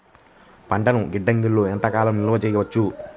పంటలను గిడ్డంగిలలో ఎంత కాలం నిలవ చెయ్యవచ్చు?